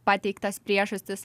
pateiktas priežastis